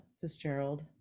Fitzgerald